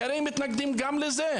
כי הרי הם מתנגדים גם לזה.